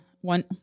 One